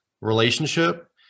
relationship